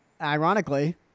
Ironically